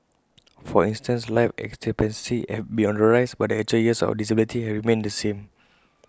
for instance life expectancy have been on the rise but the actual years of disability have remained the same